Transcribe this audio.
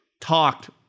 talked